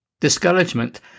Discouragement